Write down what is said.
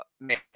man